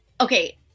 okay